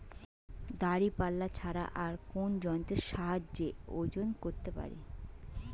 দাঁড়িপাল্লা ছাড়া আর কোন যন্ত্রের সাহায্যে ওজন করতে পারি?